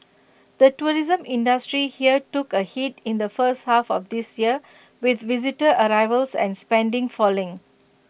the tourism industry here took A hit in the first half of this year with visitor arrivals and spending falling